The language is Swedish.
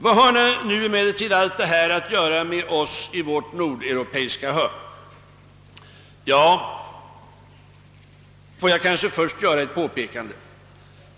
Vad har nu allt detta att göra med oss i vårt nordeuropeiska hörn? Får jag kanske först komma med ett påpekande.